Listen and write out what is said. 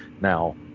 Now